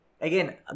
Again